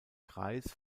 kreis